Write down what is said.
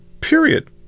Period